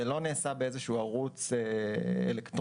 זה לא נעשה באיזשהו ערוץ אלקטרוני.